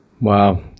Wow